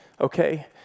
okay